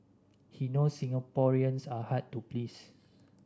he knows Singaporeans are hard to please